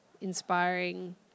inspiring